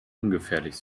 ungefährlich